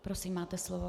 Prosím, máte slovo.